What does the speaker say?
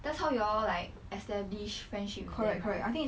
that's how you all like establish friendship with them lah